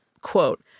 quote